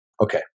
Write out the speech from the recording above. okay